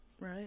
Right